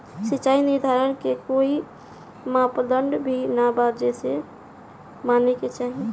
सिचाई निर्धारण के कोई मापदंड भी बा जे माने के चाही?